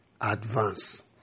advance